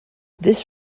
this